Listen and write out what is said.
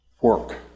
work